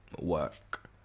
Work